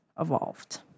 evolved